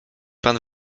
pan